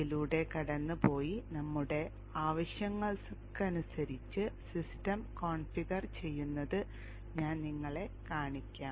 ഇതിലൂടെ കടന്നുപോയി നമ്മുടെ ആവശ്യങ്ങൾക്കനുസരിച്ച് സിസ്റ്റം കോൺഫിഗർ ചെയ്യുന്നത് ഞാൻ നിങ്ങളെ കാണിക്കാം